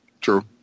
True